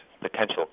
potential